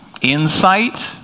insight